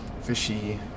Fishy